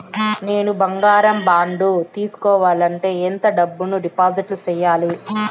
నేను బంగారం బాండు తీసుకోవాలంటే ఎంత డబ్బును డిపాజిట్లు సేయాలి?